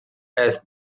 has